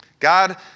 God